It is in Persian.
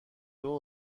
دوتا